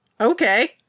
okay